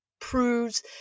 proves